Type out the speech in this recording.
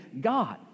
God